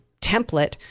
template